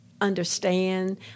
understand